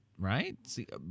Right